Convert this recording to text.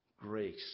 Grace